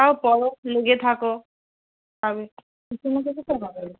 তাও পড়ো লেগে থাকো হবে কিছু না কিছু তো হবে